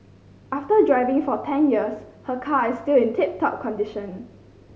after driving for ten years her car is still in tip top condition